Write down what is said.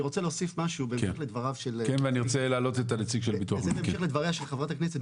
אני רוצה להוסיף משהו בהמשך לדבריה של חברת הכנסת,